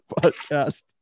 podcast